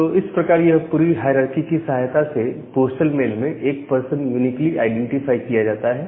तो इस प्रकार यह पूरी हायरारकी की सहायता से पोस्टल मेल में एक पर्सन यूनिकली आईडेंटिफाई किया जाता है